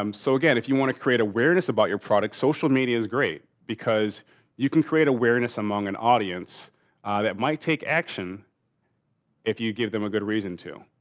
um so, again, if you want to create awareness about your product, social media is great because you can create awareness among an audience that might take action if you give them a good reason to.